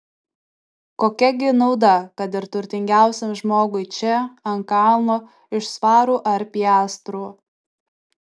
kokia gi nauda kad ir turtingiausiam žmogui čia ant kalno iš svarų ar piastrų